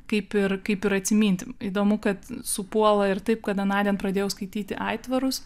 kaip ir kaip ir atsiminti įdomu kad supuola ir taip kad anądien pradėjau skaityti aitvarus